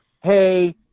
hey